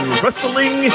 wrestling